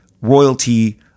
royalty